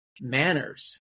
manners